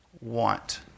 want